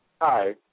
Hi